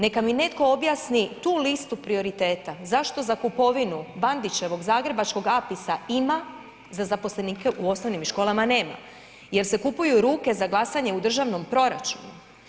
Neka mi netko objasni tu listu prioriteta, zašto za kupovinu Bandićevog zagrebačkog APIS-a ima, za zaposlenike u osnovnim školama nema jer se kupuju ruke za glasanje u državnom proračunu?